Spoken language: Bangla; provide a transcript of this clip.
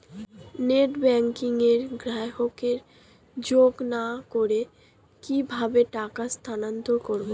নেট ব্যাংকিং এ গ্রাহককে যোগ না করে কিভাবে টাকা স্থানান্তর করব?